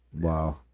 Wow